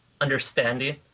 understanding